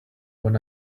when